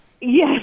Yes